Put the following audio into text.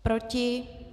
Proti?